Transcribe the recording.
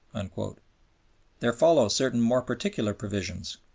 and there follow certain more particular provisions.